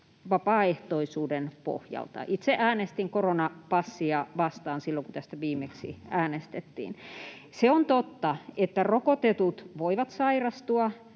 vapaaehtoisuuden pohjalta. Itse äänestin koronapassia vastaan silloin, kun tästä viimeksi äänestettiin. Se on totta, että rokotetut voivat sairastua